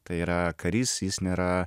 tai yra karys jis nėra